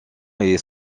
est